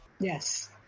Yes